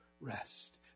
rest